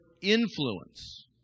influence